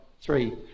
three